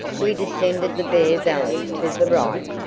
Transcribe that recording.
we descended the bare valley to the right,